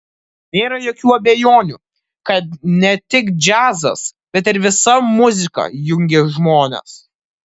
nėra jokių abejonių kad ne tik džiazas bet ir visa muzika jungia žmonės